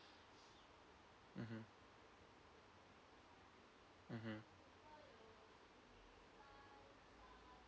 mmhmm mmhmm